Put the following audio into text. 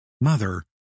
mother